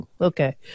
Okay